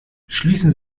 schließen